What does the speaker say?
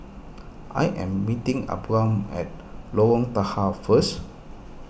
I am meeting Abram at Lorong Tahar first